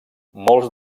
molts